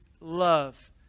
love